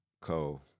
Cole